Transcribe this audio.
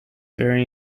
very